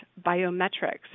biometrics